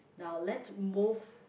now let's move